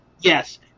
Yes